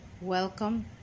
Welcome